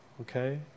Okay